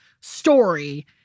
story